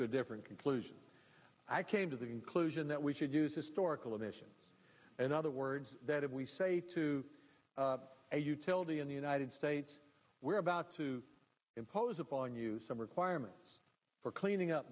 to a different conclusion i came to the conclusion that we should use historical emissions and other words that we say to a utility in the united states we're about to impose upon you some requirement for cleaning up